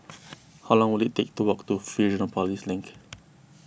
how long will it take to walk to Fusionopolis Link